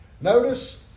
Notice